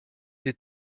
des